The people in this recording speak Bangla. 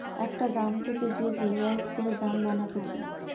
একটা দাম থেকে যে ডেরাইভ করে দাম বানাতিছে